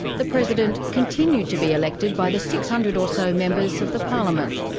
the president continued to be elected by the six hundred or so members of the parliament.